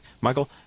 Michael